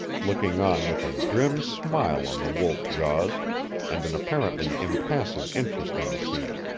looking on with a grim smile on the wolf jaws and an apparently impassive interest in the scene.